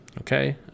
Okay